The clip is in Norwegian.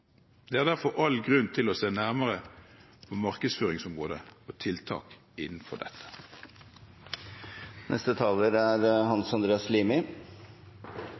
se nærmere på markedsføringsområdet og tiltak innenfor dette.